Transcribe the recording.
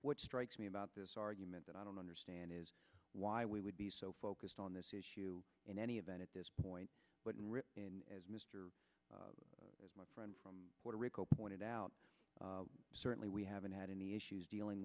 what strikes me about this argument that i don't understand is why we would be so focused on this issue in any event at this point and as mister as my friend from puerto rico pointed out certainly we haven't had any issues dealing